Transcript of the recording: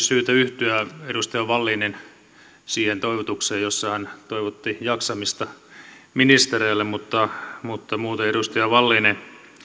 syytä yhtyä edustaja wallinin siihen toivotukseen jossa hän toivotti jaksamista ministereille mutta mutta muuten edustaja wallinin